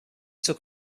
took